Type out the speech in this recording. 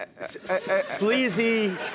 Sleazy